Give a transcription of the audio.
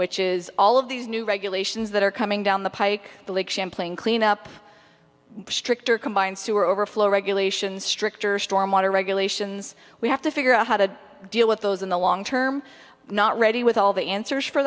which is all of these new regulations that are coming down the pike the lake champlain cleanup stricter combined sewer overflow regulations stricter storm water regulations we have to figure out how to deal with those in the long term not ready with all the answers for